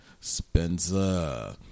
Spencer